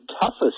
toughest